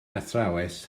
athrawes